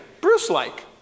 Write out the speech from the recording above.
bruce-like